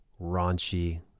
raunchy